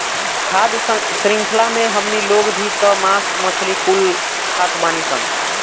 खाद्य शृंख्ला मे हमनी लोग भी त मास मछली कुल खात बानीसन